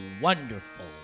wonderful